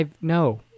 no